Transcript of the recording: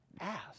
ask